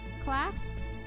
class